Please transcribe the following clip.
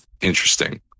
interesting